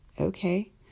okay